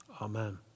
Amen